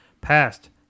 passed